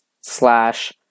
slash